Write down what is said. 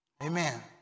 Amen